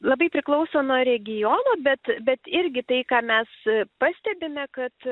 labai priklauso nuo regiono bet bet irgi tai ką mes pastebime kad